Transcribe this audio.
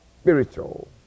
spiritual